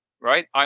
right